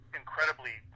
incredibly